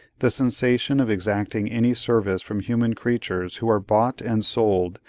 the sensation of exacting any service from human creatures who are bought and sold,